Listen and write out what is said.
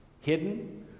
Hidden